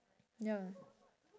ya